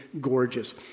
gorgeous